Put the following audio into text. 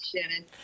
Shannon